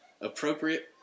appropriate